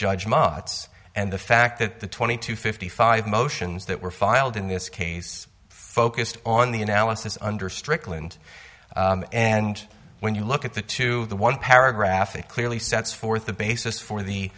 judge mots and the fact that the twenty to fifty five motions that were filed in this case focused on the analysis under strickland and when you look at the to the one paragraph it clearly sets forth the basis for the